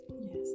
yes